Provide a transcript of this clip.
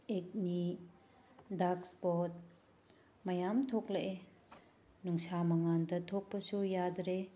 acne dark spot ꯃꯌꯥꯝ ꯊꯣꯛꯂꯛꯑꯦ ꯅꯨꯡꯁꯥ ꯃꯉꯥꯟꯗ ꯊꯣꯛꯄꯁꯨ ꯌꯥꯗ꯭ꯔꯦ